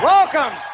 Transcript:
Welcome